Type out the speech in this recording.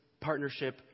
partnership